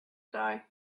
die